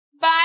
Bye